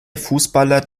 fußballer